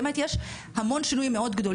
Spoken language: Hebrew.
באמת יש שינויים מאוד גדולים.